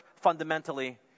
fundamentally